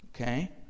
Okay